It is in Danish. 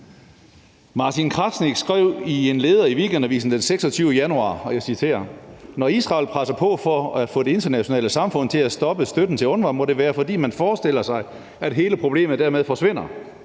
Martin Krasnik skrev i en leder i Weekendavisen den 26. januar – og jeg citerer: Når Israel presser på for at få det internationale samfund til at stoppe støtten til UNRWA, må det være, fordi man forestiller sig, at hele problemet dermed forsvinder.